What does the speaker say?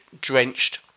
drenched